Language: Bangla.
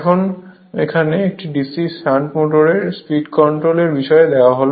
এখন এখানে একটি DC শান্ট মোটরের স্পীড কন্ট্রোল এর বিষয়ে দেওয়া হল